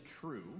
true